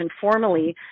formally